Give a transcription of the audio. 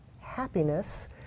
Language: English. happiness